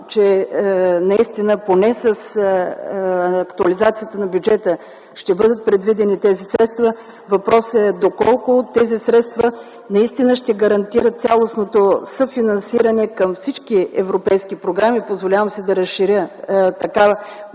че наистина поне с актуализацията на бюджета ще бъдат предвидени тези средства. Въпросът е: доколко тези средства наистина ще гарантират цялостното съфинансиране към всички европейски програми? Позволявам си да разширя моята